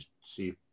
see